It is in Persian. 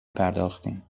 پرداختیم